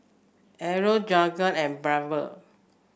Errol Jagger and Belva